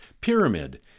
pyramid